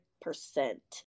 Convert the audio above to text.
percent